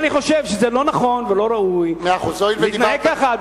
לכן, אני חושב שזה לא נכון ולא ראוי להתנהג כך.